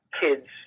kids